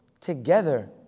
together